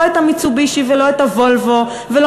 לא את ה"מיצובישי" ולא את ה"וולבו" ולא